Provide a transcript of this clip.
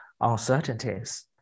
uncertainties